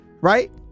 right